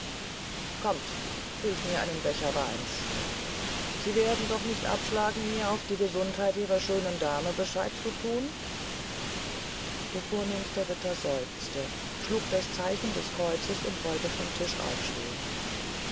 kommt füllt mir einen becher weins sie werden doch nicht abschlagen mir auf die gesundheit ihrer schönen damen bescheid zu thun der vornehmste ritter seufzte schlug das zeichen des kreuzes und wollte vom tisch aufstehn